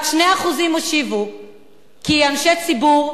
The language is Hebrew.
רק 2% השיבו כי אנשי ציבור,